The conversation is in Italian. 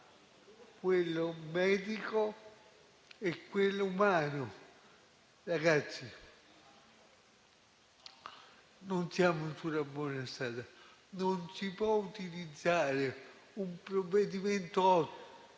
quello medico e quello umano. Ragazzi, non siamo sulla buona strada. Non si può utilizzare un provvedimento ottimo,